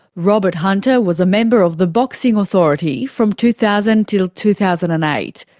robert hunter was a member of the boxing authority from two thousand until two thousand and eight.